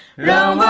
no